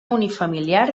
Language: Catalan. unifamiliar